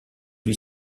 lui